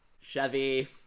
Chevy